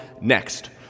next